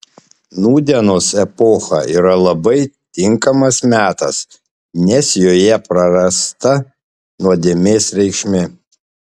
nūdienos epocha yra labai tinkamas metas nes joje prarasta nuodėmės reikšmė